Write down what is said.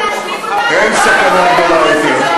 אין סכנה גדולה יותר,